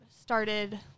started